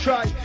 Try